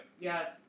Yes